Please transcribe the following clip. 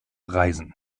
reisen